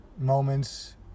moments